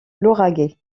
lauragais